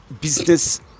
business